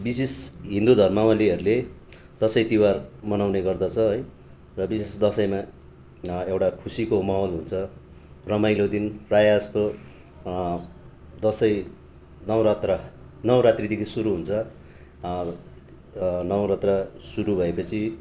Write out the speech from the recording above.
विशेष हिन्दू धर्मावालीहरूले दसैँ तिहार मनाउने गर्दछ है र विशेष दसैँमा एउटा खुसीको माहोल हुन्छ रमाइलो दिन प्रायः जस्तो दसैँ नवरात्र नवरात्रीदेखि सुरु हुन्छ नवरात्र सुरु भएपछि